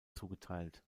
zugeteilt